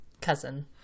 cousin